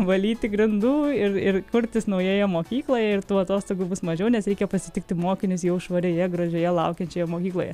valyti grindų ir ir kurtis naujoje mokykloje ir tų atostogų bus mažiau nes reikia pasitikti mokinius jau švarioje gražioje laukiančioje mokykloje